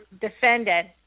defendant